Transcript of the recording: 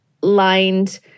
lined